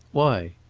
why?